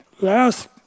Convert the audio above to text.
last